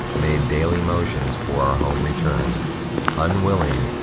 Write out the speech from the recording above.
made daily motions for our home return unwilling,